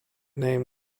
name